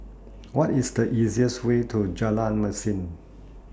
What IS The easiest Way to Jalan Mesin